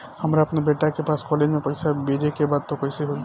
हमरा अपना बेटा के पास कॉलेज में पइसा बेजे के बा त कइसे होई?